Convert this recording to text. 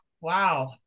wow